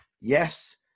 Yes